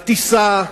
הטיסה,